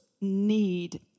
need